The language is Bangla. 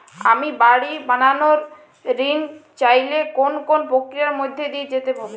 আমি বাড়ি বানানোর ঋণ চাইলে কোন কোন প্রক্রিয়ার মধ্যে দিয়ে যেতে হবে?